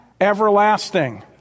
everlasting